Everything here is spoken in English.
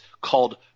called